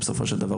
בסופו של דבר,